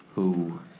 who,